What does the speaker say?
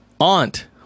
aunt